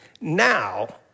now